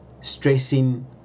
stressing